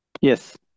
Yes